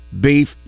beef